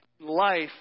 Life